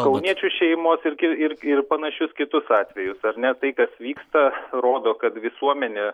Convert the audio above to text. kauniečių šeimos ir ir panašius kitus atvejus ar ne tai kas vyksta rodo kad visuomenė